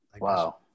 wow